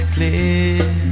Clear